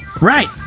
Right